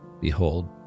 Behold